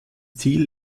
ziel